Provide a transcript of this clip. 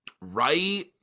Right